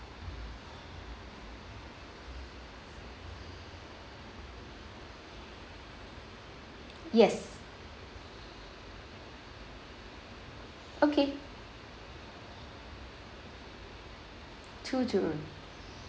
yes okay two to room